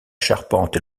charpente